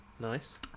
nice